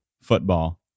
football